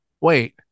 Wait